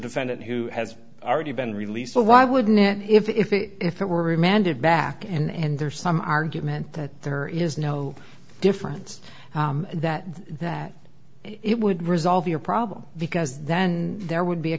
defendant who has already been released so why wouldn't he if it were remanded back and there's some argument that there is no difference that that it would resolve your problem because then there would be a